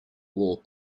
wool